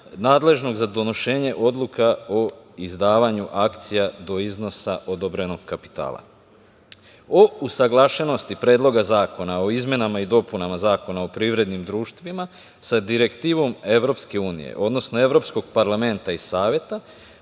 nadležnog za donošenje odluka o izdavanju akcija do iznosa odobrenog kapitala.O usaglašenosti Predloga zakona o izmenama i dopunama Zakona o privrednim društvima sa direktivnom EU, odnosno Evropskog parlamenta i saveta,